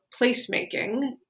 placemaking